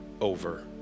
over